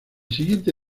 siguiente